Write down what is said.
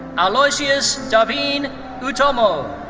aloysius davin oetomo.